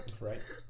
Right